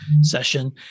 session